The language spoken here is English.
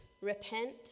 repent